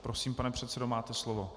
Prosím, pane předsedo, máte slovo.